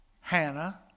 Hannah